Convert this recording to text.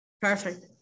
perfect